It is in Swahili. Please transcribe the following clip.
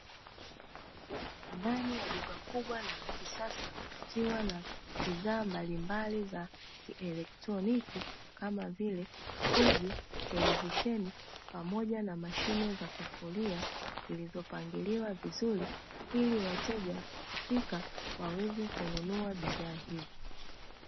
Ndani ya duka kubwa la kisasa likiwa na bidhaa mbalimbali za kielektroniki kama vile friji, televisheni pamoja na mashine za kufulia zilizopangiliwa vizuri ili wateja wanaofika waweze kununua bidhaa hizo.